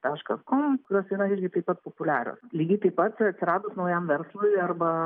taškas com kurios yra irgi taip pat populiarios lygiai taip pat atsiradus naujam verslui arba